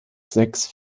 sechs